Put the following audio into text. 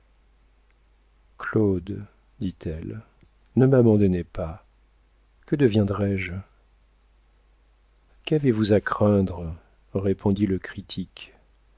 claude dit-elle ne m'abandonnez pas que deviendrais-je qu'avez-vous à craindre répondit le critique